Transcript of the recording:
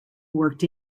worked